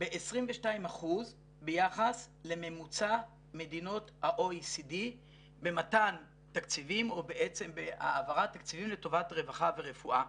ב-22% ביחס לממוצע מדינות ה- OECDבהעברת תקציבים לטובת רווחה ורפואה.